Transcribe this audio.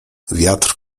wiatr